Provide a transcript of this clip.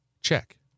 check